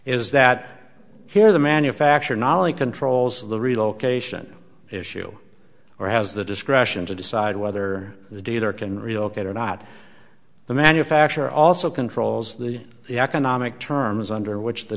is that here the manufacturer knowledge controls the relocation issue or has the discretion to decide whether the dealer can relocate or not the manufacturer also controls the economic terms under which the